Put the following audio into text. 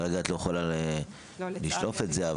כרגע את לא יכולה לשלוף את זה,